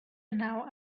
now